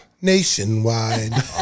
Nationwide